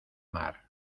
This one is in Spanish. mar